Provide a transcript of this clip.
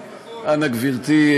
אנא גברתי,